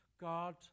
God